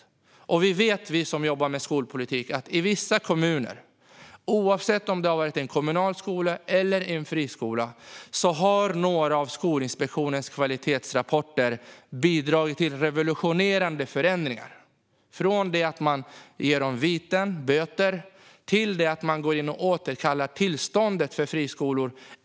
Vi som jobbar med skolpolitik vet att några av Skolinspektionens kvalitetsrapporter i vissa kommuner - oavsett om det har gällt en kommunal skola eller en friskola - har bidragit till revolutionerande förändringar. Det har rört sig om allt ifrån att man utdelat viten - böter - till att man gått in och återkallat tillståndet för friskolor.